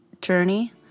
journey